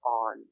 on